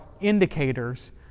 indicators